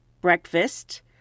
breakfast